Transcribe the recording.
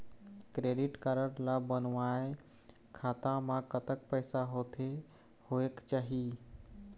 Credit card ला बनवाए खाता मा कतक पैसा होथे होएक चाही?